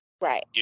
Right